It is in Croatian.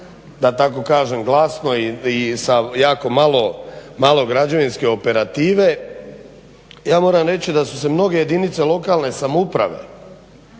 da tako kažem glasno i sa jako malo građevinske operative, ja moram reći da su se mnoge jedinice lokalne samouprave